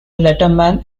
letterman